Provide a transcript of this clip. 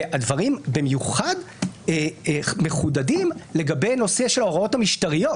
והדברים במיוחד מחודדים לגבי נושא של ההוראות המשטריות.